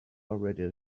already